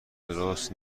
درست